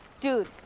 Dude